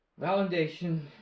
validation